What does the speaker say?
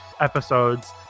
episodes